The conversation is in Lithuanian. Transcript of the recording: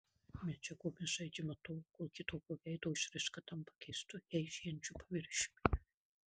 medžiagomis žaidžiama tol kol kitokio veido išraiška tampa keistu eižėjančiu paviršiumi